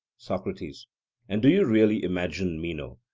socrates and do you really imagine, meno,